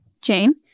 Jane